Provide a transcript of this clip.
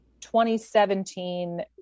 2017